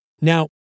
Now